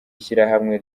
ishyirahamwe